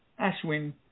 Ashwin